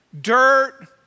dirt